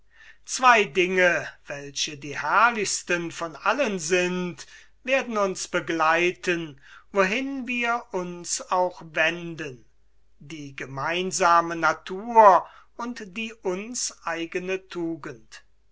zwei dinge welche die herrlichsten sind werden uns begleiten wohin wir uns auch wenden die gemeinsame natur und die uns eigene tugend